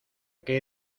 que